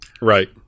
Right